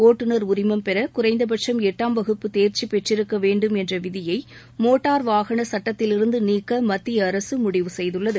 ஒட்டுநர் உரிமம் பெற குறைந்தபட்சும் எட்டாம் வகுப்பு தேர்ச்சி பெற்றிருக்க வேண்டும் என்ற விதியை மோட்டார் வாகன சட்டத்திலிருந்து நீக்க மத்திய அரசு முடிவு செய்துள்ளது